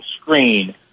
screen